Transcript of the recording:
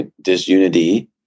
disunity